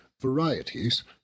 varieties